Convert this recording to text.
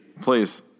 Please